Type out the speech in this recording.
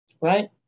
right